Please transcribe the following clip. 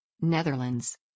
Netherlands